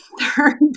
third